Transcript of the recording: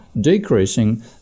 decreasing